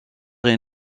est